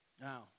Now